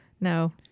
No